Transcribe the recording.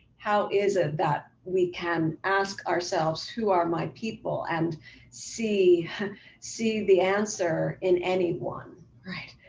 how is it that we can ask ourselves who are my people and see see the answer in any one, right.